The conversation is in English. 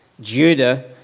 Judah